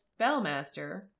Spellmaster